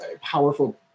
powerful